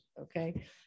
okay